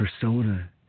persona